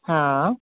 હા